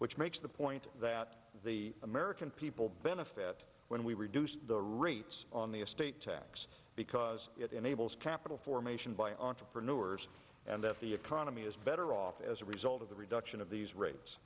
which makes the point that the american people benefit when we reduce the rates on the estate tax because it enables capital formation by on for newark and that the economy is better off as a result of the reduction of these r